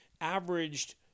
averaged